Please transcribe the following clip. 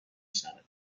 شود